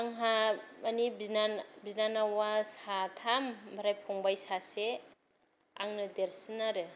आंहा मानि बिनानाव बिनानावा साथाम ओमफ्राय फंबाय सासे आंनो देरसिन आरो